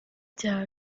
byaba